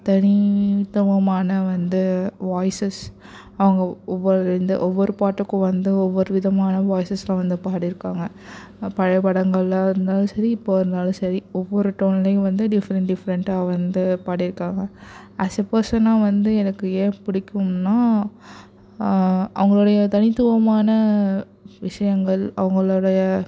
தனித்துவமான வந்து வாய்சஸ் அவங்க ஒவ்வொரு இந்த ஒவ்வொரு பாட்டுக்கும் வந்து ஒவ்வொரு விதமான வாய்சஸில் வந்து பாடியிருக்காங்க பழையப்படங்களாக இருந்தாலும் சரி இப்போது இருந்தாலும் சரி ஒவ்வொரு டோன்லையும் வந்து டிஃப்ரெண்ட் டிஃப்ரெண்ட்டாக வந்து பாடியிருக்காங்க ஆஸ் ஏ பர்சனாக வந்து எனக்கு ஏன் பிடிக்கும்னா அவங்களோடைய தனித்துவமான விஷயங்கள் அவங்களோடைய